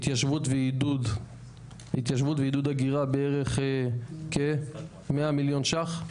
התיישבות ועידוד הגירה בערך כ-100 מיליון שקלים,